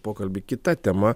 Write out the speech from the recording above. pokalbį kita tema